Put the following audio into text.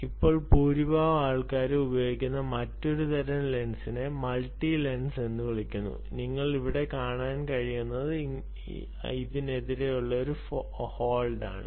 ഇപ്പോൾ ഭൂരിഭാഗം ആളുകളും ഉപയോഗിക്കുന്ന മറ്റൊരു തരം ലെൻസിനെ മൾട്ടി ലെൻസ് എന്ന് വിളിക്കുന്നു നിങ്ങൾക്ക് ഇവിടെ കാണാൻ കഴിയുന്നത് ഇതിന്റെ ഒരു ഹോൾഡ് ആണ്